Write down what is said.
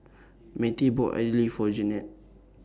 Mettie bought Idly For Jeanette